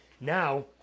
Now